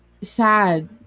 sad